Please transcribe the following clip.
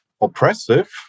oppressive